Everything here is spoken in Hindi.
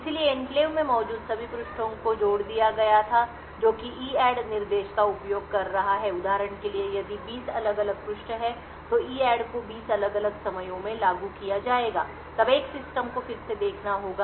इसलिए एन्क्लेव में मौजूद सभी पृष्ठों को जोड़ दिया गया था जो कि EADD निर्देश का उपयोग कर रहा है उदाहरण के लिए यदि 20 अलग अलग पृष्ठ हैं तो EADD को 20 अलग अलग समयों में लागू किया जाएगा तब एक सिस्टम को फिर से देखना होगा